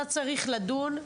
אתה צריך לדון,